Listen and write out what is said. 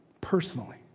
Personally